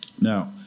Now